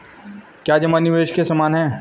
क्या जमा निवेश के समान है?